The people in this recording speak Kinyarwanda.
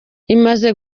imaze